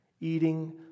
Eating